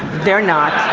they're not.